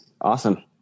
Awesome